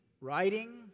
writing